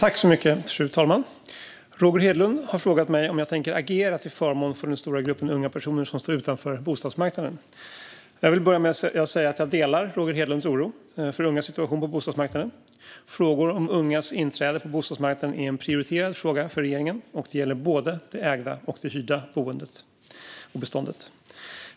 Fru talman! Roger Hedlund har frågat mig om jag tänker agera till förmån för den stora gruppen unga personer som står utanför bostadsmarknaden. Jag vill börja med att säga att jag delar Roger Hedlunds oro för ungas situation på bostadsmarknaden. Frågor om ungas inträde på bostadsmarknaden är en prioriterad fråga för regeringen, och det gäller både det ägda och det hyrda beståndet.